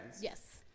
Yes